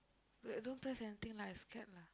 wait don't press anything lah I scared lah